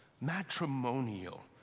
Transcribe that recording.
Matrimonial